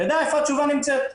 תדע איפה התשובה נמצאת.